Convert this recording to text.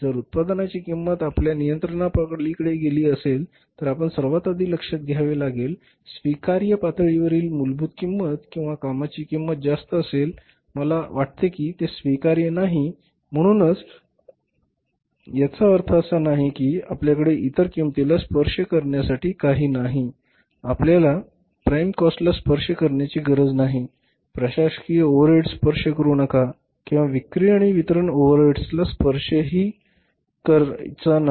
जर उत्पादनाची किंमत आपल्या नियंत्रणापलीकडे गेली असेल तर आपण सर्वात आधी लक्षात घ्यावे लागेल स्वीकार्य पातळीवरची मूलभूत किंमत किंवा कामांची किंमत जास्त असेल मला वाटते की ते स्वीकार्य नाही म्हणूनच याचा अर्थ असा नाही की आपल्याकडे इतर किंमतीला स्पर्श करण्यासाठी काही नाही आपल्याला प्राइम कॉस्टला स्पर्श करण्याची गरज नाही प्रशासकीय ओव्हरहेडस स्पर्श करू नका किंवा विक्री आणि वितरण ओव्हरहेड्सला स्पर्शही करायचा नाही